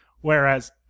Whereas